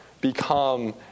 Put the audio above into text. become